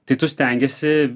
tai tu stengiesi